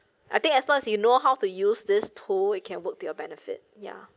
I think as long as you know how to use this tool it can work to your benefit ya